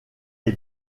est